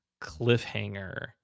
cliffhanger